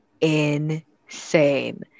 insane